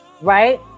right